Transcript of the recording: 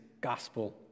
gospel